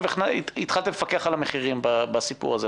והתחלתם לפקח על המחירים בסיפור הזה,